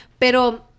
Pero